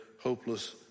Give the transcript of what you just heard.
hopeless